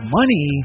money